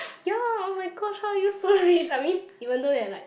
ya oh-my-god how are you so rich I mean even though there are like